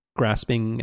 grasping